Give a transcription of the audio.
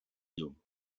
llum